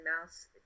Mouse